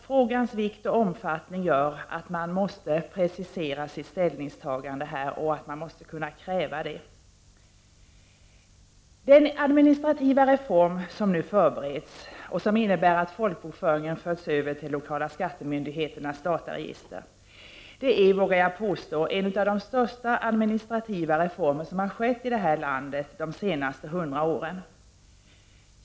Frågans vikt och omfattning gör att man måste precisera sitt ställningstagande i den här frågan, och att vi måste kunna kräva detta. Jag vågar påstå att den administrativa reform som nu förbereds och som innebär att folkbokföringen förts över till de lokala skattemyndigheternas dataregister är en av de största administrativa reformer som har skett i vårt land under de senaste 100 åren.